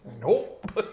Nope